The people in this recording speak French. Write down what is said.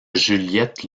juliette